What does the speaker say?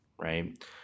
right